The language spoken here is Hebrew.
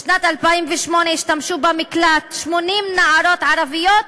בשנת 2008 השתמשו במקלט 80 נערות ערביות,